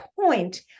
point